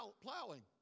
plowing